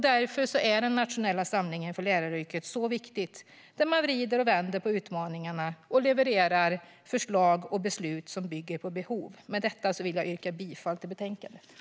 Därför är den nationella samlingen för läraryrket, där man vrider och vänder på utmaningarna och levererar förslag och beslut som bygger på behov, så viktig. Med detta vill jag yrka bifall till förslaget i betänkandet.